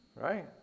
Right